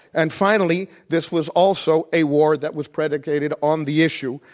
and finally, this was also a war that was predicated on the issue,